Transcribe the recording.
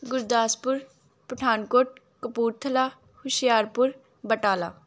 Gurdaspur Pathankot Kapurthala Hoshiarpur Batala